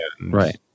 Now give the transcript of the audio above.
right